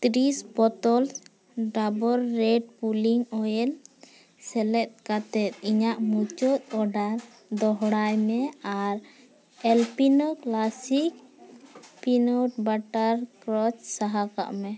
ᱛᱤᱨᱤᱥ bottles Dabur red pulling oil ᱥᱮᱞᱮᱫ ᱠᱟᱛᱮᱫ ᱤᱧᱟᱹᱜ ᱢᱩᱪᱟᱹᱫ ᱚᱰᱟᱨ ᱫᱚᱦᱲᱟᱭ ᱢᱮ ᱟᱨ Alpino classic peanut butter crunch ᱥᱟᱦᱟ ᱠᱟᱜ ᱢᱮ